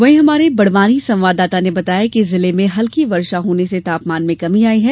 वहीं हमारे बड़वानी संवाददाता ने बताया कि जिले में हल्की वर्षा होने से तापमान में कमी आई है